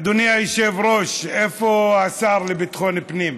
אדוני היושב-ראש, איפה השר לביטחון פנים?